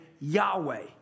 Yahweh